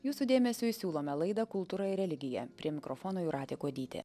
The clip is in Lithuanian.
jūsų dėmesiui siūlome laidą kultūra ir religija prie mikrofono jūratė kuodytė